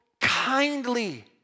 kindly